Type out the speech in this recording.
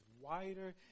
wider